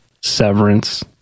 severance